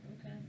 Okay